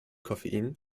koffein